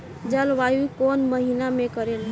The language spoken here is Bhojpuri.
जलवायु कौन महीना में करेला?